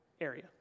area